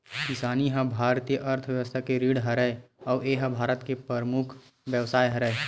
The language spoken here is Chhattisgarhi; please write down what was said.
किसानी ह भारतीय अर्थबेवस्था के रीढ़ हरय अउ ए ह भारत के परमुख बेवसाय हरय